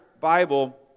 Bible